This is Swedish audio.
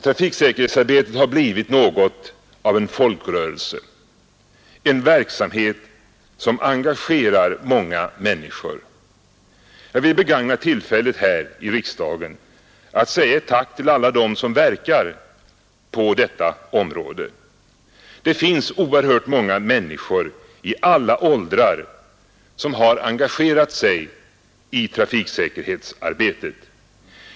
Trafiksäkerhetsarbetet har blivit något av en folkrörelse, en verksamhet som engagerar många människor. Jag vill begagna tillfället här i riksdagen att säga ett tack till alla dem som verkar på detta fält. Det finns oerhört många människor i alla åldrar som har engagerat sig i trafiksäkerhetsarbetet.